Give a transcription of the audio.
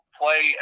play